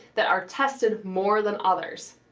that are tested more than others.